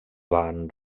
van